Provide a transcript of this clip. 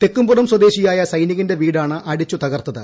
തെക്കുംപുറം സ്വദേശിയായ സൈനികന്റെ വീടാണ് അടിച്ചുതകർത്തത്